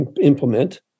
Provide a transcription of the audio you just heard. implement